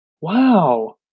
wow